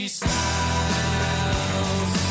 smiles